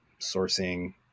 sourcing